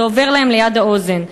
זה עובר להם ליד האוזן.